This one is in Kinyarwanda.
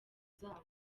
zabo